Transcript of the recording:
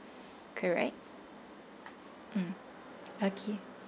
correct mm okay